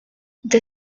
the